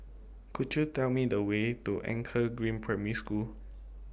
Could YOU Tell Me The Way to Anchor Green Primary School